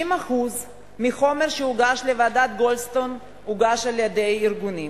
90% מהחומר שהוגש לוועדת-גולדסטון הוגש על-ידי ארגונים.